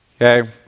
Okay